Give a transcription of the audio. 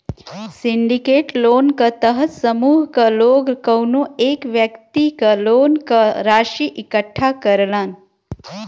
syndicate loan क तहत समूह क लोग कउनो एक व्यक्ति क लोन क राशि इकट्ठा करलन